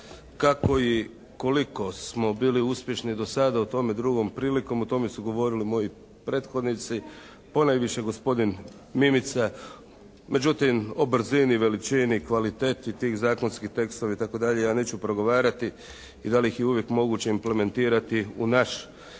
Kako i koliko smo bili uspješni do sada o tome drugom prilikom. O tome su govorili moji prethodnici, ponajviše gospodin Mimica. Međutim, o brzini, veličini, kvaliteti tih zakonski tekstovi itd., ja neću progovarati i da li ih je uvijek moguće implementirati u naš